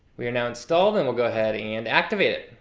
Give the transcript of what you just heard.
we are now installed and we'll go ahead and activate it.